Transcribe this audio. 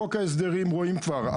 את חוק ההסדרים רואים כבר,